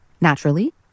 Naturally